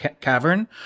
cavern